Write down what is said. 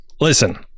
Listen